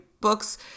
books